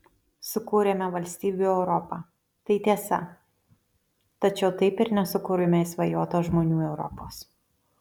sukūrėme valstybių europą tai tiesa tačiau taip ir nesukūrėme išsvajotos žmonių europos